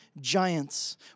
giants